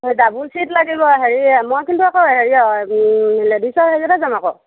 double seat লাগিব হেৰি মই কিন্তু আকৌ হেৰিয়ত লেডিজৰ হেৰিয়াত যাম আকৌ